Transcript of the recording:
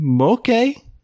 okay